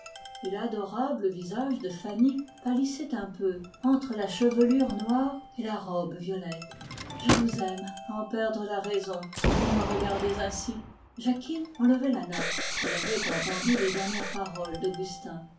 et l'adorable visage de fanny pâlissait un peu entre la chevelure noire et la robe violette je vous aime à en perdre la raison quand vous me regardez ainsi jacquine avait entendu les dernières paroles d'augustin